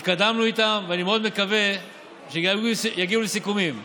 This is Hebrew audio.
התקדמנו איתם, ואני מאוד מקווה שיגיעו לסיכומים.